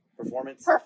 performance